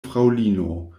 fraŭlino